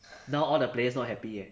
now all the players not happy